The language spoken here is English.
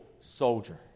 soldier